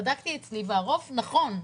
בדקתי אצלי, והרוב נכון.